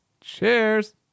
Cheers